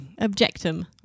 Objectum